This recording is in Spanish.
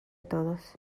todos